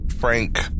Frank